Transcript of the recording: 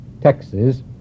Texas